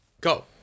go